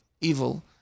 evil